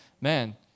man